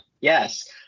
Yes